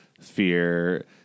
fear